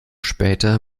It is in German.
später